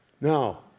Now